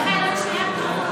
חברי הכנסת,